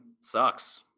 sucks